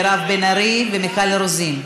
מירב בן ארי ומיכל רוזין,